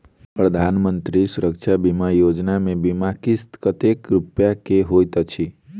प्रधानमंत्री सुरक्षा बीमा योजना मे बीमा किस्त कतेक रूपया केँ होइत अछि?